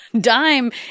dime